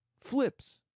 flips